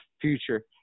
future